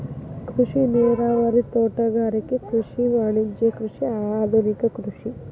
ಕೃಷಿ ನೇರಾವರಿ, ತೋಟಗಾರಿಕೆ ಕೃಷಿ, ವಾಣಿಜ್ಯ ಕೃಷಿ, ಆದುನಿಕ ಕೃಷಿ